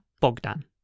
Bogdan